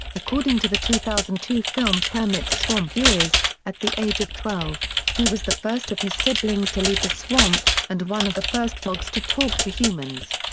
according to the two thousand and two film kermit's swamp years, at the age of twelve, he was the first of his siblings to leave the swamp, and one of the first frogs to talk to humans.